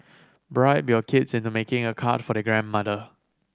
bribe your kids into making a card for their grandmother